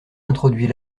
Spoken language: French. introduit